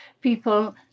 people